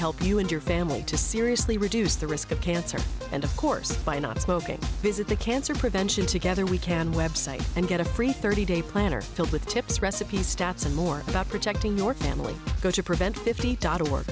help you and your family to seriously reduce the risk of cancer and of course by not smoking visit the cancer prevention together we can website and get a free thirty day planner filled with tips recipes stats and more about protecting your family go to prevent